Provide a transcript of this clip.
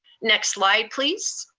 next slide please.